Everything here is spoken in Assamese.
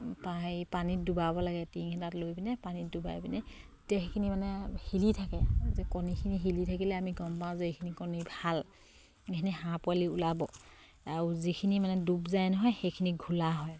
পানীত ডুবাব লাগে টিং এটাত লৈ পিনে পানীত ডুবাই পিনে তেতিয়া সেইখিনি মানে হিলি থাকে যে কণীখিনি হিলি থাকিলে আমি গম পাওঁ যে এইখিনি কণী ভাল এইখিনি হাঁহ পোৱালি ওলাব আৰু যিখিনি মানে ডুব যায় নহয় সেইখিনি ঘোলা হয়